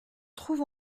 trouve